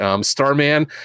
Starman